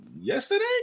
yesterday